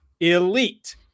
Elite